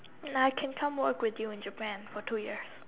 and I can come work with you in Japan for two year